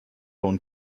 und